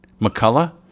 McCullough